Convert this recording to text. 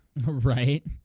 Right